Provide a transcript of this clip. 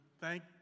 thank